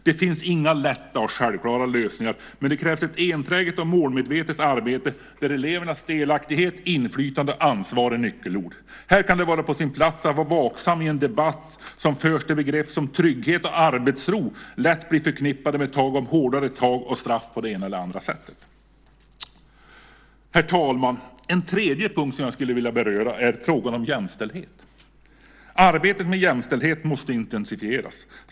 Det finns inga lätta och självklara lösningar, men det krävs ett enträget och målmedvetet arbete där elevernas delaktighet, inflytande och ansvar är nyckelord. Här kan det vara på sin plats att vara vaksam i en debatt som förs där begrepp som trygghet och arbetsro lätt blir förknippade med tal om hårdare tag och straff på det ena eller andra sättet. Herr talman! En annan punkt som jag skulle vilja beröra är frågan om jämställdhet. Arbetet med jämställdhet måste intensifieras.